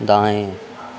दाएँ